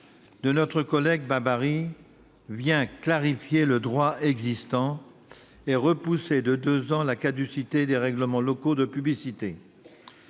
de notre collègue Babary clarifie le droit existant et repousse de deux ans la caducité des règlements locaux de publicité.